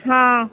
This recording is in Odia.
ହଁ